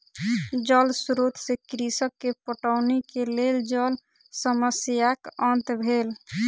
जल स्रोत से कृषक के पटौनी के लेल जल समस्याक अंत भेल